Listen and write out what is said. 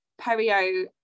Perio